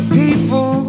people